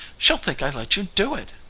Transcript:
she'll think i let you do it.